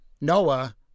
Noah